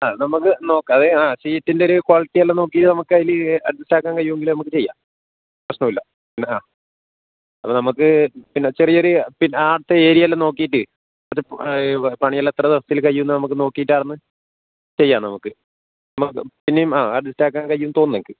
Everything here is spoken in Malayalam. ആ നമ്മൾക്ക് നോക്കാം അത് ആ ഷീറ്റിൻ്റെ ഒരു ക്വാളിറ്റിയെല്ലാം നോക്കി നമുക്കതിൽ അഡ്ജസ്റ്റ് ആക്കാൻ കഴിയുമെങ്കിൽ നമ്മൾക്ക് ചെയ്യാം പ്രശ്നം ഇല്ല പിന്നെ ആ അത് നമക്ക് പിന്നെ ചെറിയൊരു പിന്നെ ആർട്ട് ഏരിയ എല്ലാം നോക്കിയിട്ട് പണിയെല്ലാം എത്ര ദിവസത്തിൽ കഴിയുമെന്ന് നമുക്ക് നോക്കീട്ടാട്ന്ന് ചെയ്യാം നമുക്ക് പിന്നേം ആ അഡ്ജസ്റ്റ് ആക്കാൻ കയ്യുന്നു തോന്നുന്നു എനിക്ക്